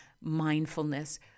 mindfulness